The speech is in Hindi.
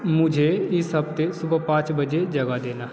मुझे इस हफ़्ते सुबह पाँच बजे जगा देना